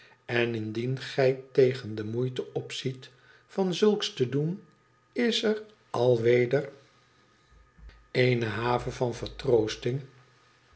en indien gij tegen de moeite opziet van zulks te doen is er alweder eene haven